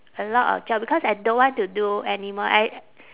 a lot of job because I don't want to do anymore I